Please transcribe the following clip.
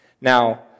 Now